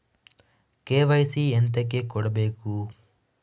KYC ಎಂತಕೆ ಕೊಡ್ಬೇಕು?